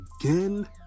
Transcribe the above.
again